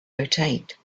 rotate